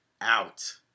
out